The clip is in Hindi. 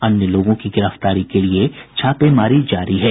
अन्य लोगों की गिरफ्तारी के लिए छापेमारी जारी है